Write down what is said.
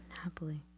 Happily